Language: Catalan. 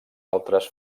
altres